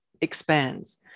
expands